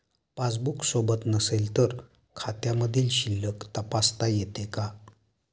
Passbook सोबत नसेल तर खात्यामधील शिल्लक तपासता येते का?